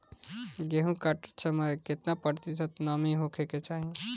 गेहूँ काटत समय केतना प्रतिशत नमी होखे के चाहीं?